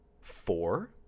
Four